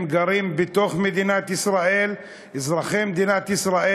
הם גרים בתוך מדינת ישראל, אזרחי מדינת ישראל.